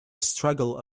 struggle